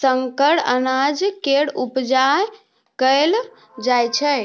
संकर अनाज केर उपजा कएल जा रहल छै